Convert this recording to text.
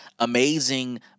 Amazing